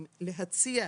להציע,